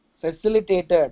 facilitated